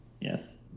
Yes